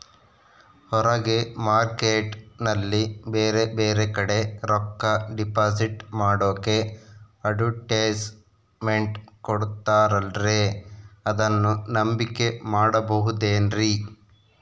ಹೊರಗೆ ಮಾರ್ಕೇಟ್ ನಲ್ಲಿ ಬೇರೆ ಬೇರೆ ಕಡೆ ರೊಕ್ಕ ಡಿಪಾಸಿಟ್ ಮಾಡೋಕೆ ಅಡುಟ್ಯಸ್ ಮೆಂಟ್ ಕೊಡುತ್ತಾರಲ್ರೇ ಅದನ್ನು ನಂಬಿಕೆ ಮಾಡಬಹುದೇನ್ರಿ?